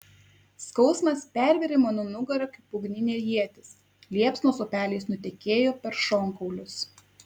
skausmas pervėrė mano nugarą kaip ugninė ietis liepsnos upeliais nutekėjo per šonkaulius